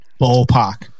ballpark